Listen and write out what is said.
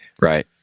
Right